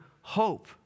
hope